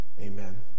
Amen